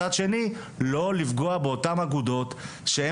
מצד שני לא לפגוע באותן אגודות שבהן